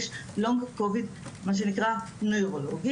יש LONG COVID מה שנקרא נוירולוגי,